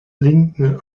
linken